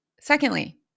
Secondly